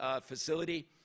facility